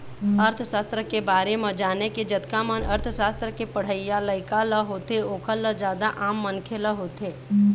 अर्थसास्त्र के बारे म जाने के जतका मन अर्थशास्त्र के पढ़इया लइका ल होथे ओखर ल जादा आम मनखे ल होथे